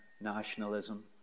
nationalism